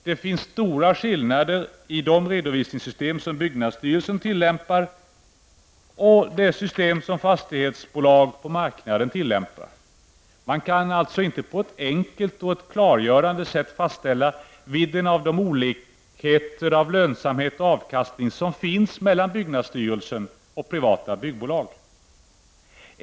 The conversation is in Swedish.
Det finns stora skillnader mellan de redovisningssystem som byggnadsstyrelsen tillämpar och det system som fastighetsbolag på marknaden tillämpar. Man kan alltså inte på ett enkelt och klargörande sätt fastställa vidden av de olikheter i fråga om lönsamhet och avkastning som finns mellan byggnadsstyrelsen och privata byggbolag.